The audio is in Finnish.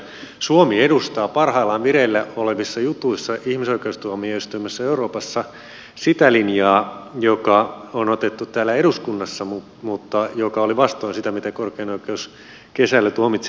suomi edustaa parhaillaan vireillä olevissa jutuissa ihmisoikeustuomioistuimessa euroopassa sitä linjaa joka on otettu täällä eduskunnassa mutta joka oli vastoin sitä mitä korkein oikeus kesällä tuomitsi